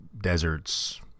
deserts